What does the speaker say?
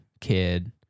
kid